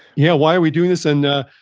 yeah, why are we doing this and,